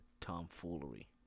tomfoolery